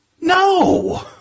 No